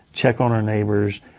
check on our neighbors,